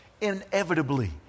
Inevitably